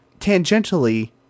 tangentially